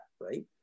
right